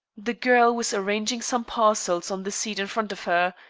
the girl was arranging some parcels on the seat in front of her.